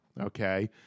okay